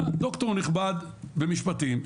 בא דוקטור נכבד למשפטים,